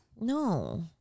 No